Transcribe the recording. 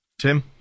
Tim